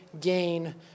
gain